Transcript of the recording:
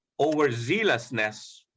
overzealousness